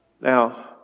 Now